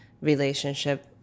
relationship